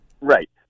Right